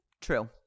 True